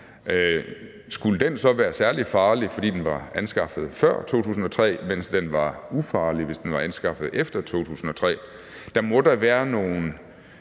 Skulle den så være særlig farlig, fordi den var anskaffet før 2003, mens den var ufarlig, hvis den var anskaffet efter 2003? Vi må da vide noget